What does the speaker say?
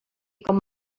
com